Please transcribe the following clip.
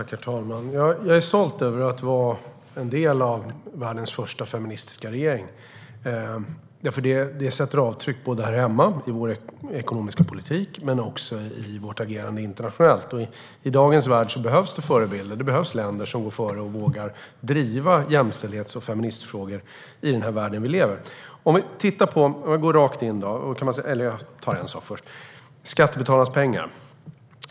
Herr talman! Jag är stolt över att vara en del av världens första feministiska regering. Det sätter avtryck både här hemma i vår ekonomiska politik och i vårt agerande internationellt. I dagens värld behövs det förebilder. Det behövs länder som går före och vågar driva jämställdhets och feministfrågor i den värld vi lever i. Helena Bouveng talar om skattebetalarnas pengar.